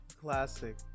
classic